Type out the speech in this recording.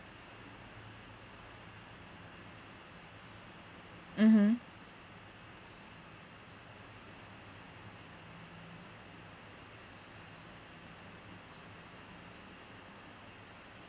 mmhmm